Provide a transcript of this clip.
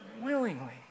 Willingly